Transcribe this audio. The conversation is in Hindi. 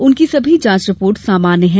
उनकी सभी जांच रिपोर्ट्स सामान्य हैं